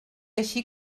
així